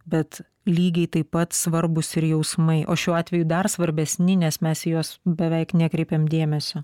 bet lygiai taip pat svarbūs ir jausmai o šiuo atveju dar svarbesni nes mes į juos beveik nekreipiam dėmesio